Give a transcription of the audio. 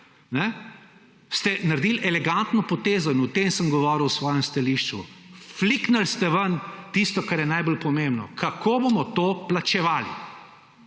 ste naredili elegantno potezo; in o tem sem govoril v svojem stališču. Fliknili ste ven tisto, kar je najbolj pomembno: kako bomo to plačevali.